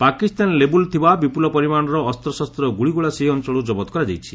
Pakistani label ଥିବା ବିପୁଳ ପରିମାଣର ଅସ୍ତ୍ରଶସ୍ତ ଓ ଗୁଳିଗୋଳା ସେହି ଅଞ୍ଚଳରୁ ଜବତ କରାଯାଇଛି